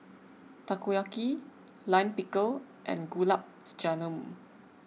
Takoyaki Lime Pickle and Gulab Jamun